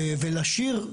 ולהשאיר,